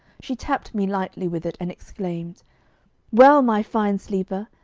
she tapped me lightly with it, and exclaimed well, my fine sleeper,